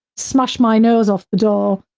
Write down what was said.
smashed my nose off the door,